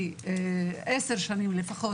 10 שנים לפחות,